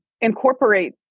incorporate